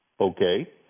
okay